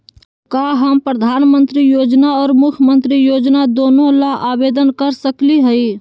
का हम प्रधानमंत्री योजना और मुख्यमंत्री योजना दोनों ला आवेदन कर सकली हई?